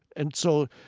and so,